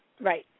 right